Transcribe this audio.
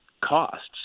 costs